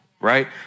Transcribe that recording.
right